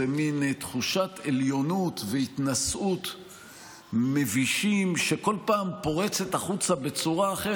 זו מן תחושת עליונות והתנשאות מבישה שכל פעם פורצת החוצה בצורה אחרת.